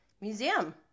museum